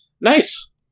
Nice